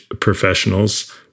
professionals